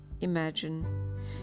Imagine